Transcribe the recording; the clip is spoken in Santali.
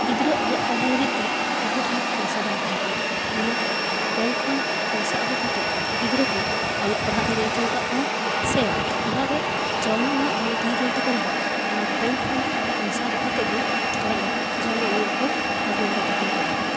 ᱜᱤᱫᱽᱨᱟᱹ ᱚᱞᱚᱜ ᱯᱟᱲᱦᱟᱣ ᱞᱟᱹᱜᱤᱫ ᱛᱮ ᱱᱩᱠᱩᱴᱷᱮᱱ ᱫᱚ ᱯᱚᱭᱥᱟ ᱵᱟᱝ ᱛᱟᱦᱮᱸ ᱠᱟᱱᱟ ᱚᱱᱟᱛᱮ ᱵᱮᱝᱠ ᱠᱷᱚᱱ ᱯᱚᱭᱥᱟ ᱟ ᱜᱩ ᱠᱟᱛᱮ ᱜᱤᱫᱽᱨᱟᱹ ᱠᱚ ᱚᱞᱚᱜ ᱯᱟᱲᱦᱟ ᱫᱟᱲᱮ ᱪᱚᱣ ᱠᱟᱜ ᱠᱚᱣᱟ ᱥᱮ ᱚᱲᱟᱜ ᱨᱮ ᱡᱚᱢᱟᱜ ᱧᱩᱣᱟᱜ ᱵᱟᱝ ᱛᱟᱦᱮᱸ ᱠᱟᱱ ᱛᱟᱠᱚ ᱨᱮᱦᱚᱸ ᱚᱱᱟ ᱵᱮᱝᱠ ᱠᱷᱚᱱ ᱯᱚᱭᱥᱟ ᱟ ᱜᱩ ᱠᱟᱛᱮ ᱜᱮ ᱚᱲᱟᱜ ᱨᱮ ᱡᱚᱢᱟᱜ ᱧᱩᱣᱟᱜ ᱠᱚ ᱟ ᱜᱩ ᱠᱟᱫᱟ ᱫᱟᱲᱮᱣ ᱠᱟᱫᱟ